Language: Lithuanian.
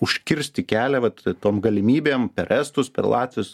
užkirsti kelią vat tom galimybėm per estus per latvius